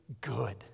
good